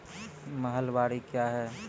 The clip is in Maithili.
महलबाडी क्या हैं?